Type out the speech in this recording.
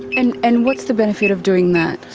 and and what's the benefit of doing that?